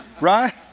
Right